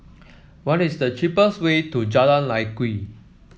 what is the cheapest way to Jalan Lye Kwee